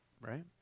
right